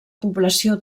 població